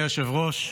אדוני היושב-ראש,